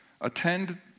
Attend